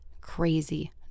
crazy